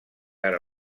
ara